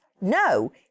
no